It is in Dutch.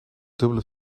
dubbele